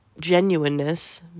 genuineness